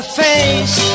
face